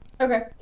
Okay